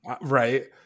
Right